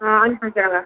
ஆ அனுப்பி வைக்கிறேங்க